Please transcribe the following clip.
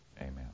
amen